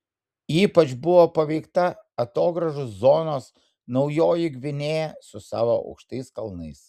ypač buvo paveikta atogrąžų zonos naujoji gvinėja su savo aukštais kalnais